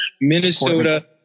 Minnesota